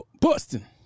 Busting